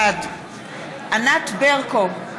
בעד ענת ברקו,